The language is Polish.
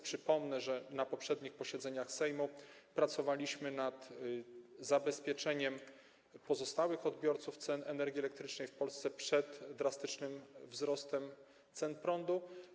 Przypomnę, że na poprzednich posiedzeniach Sejmu pracowaliśmy nad zabezpieczeniem pozostałych odbiorców cen energii elektrycznej w Polsce przed drastycznym wzrostem cen prądu.